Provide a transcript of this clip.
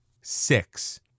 Six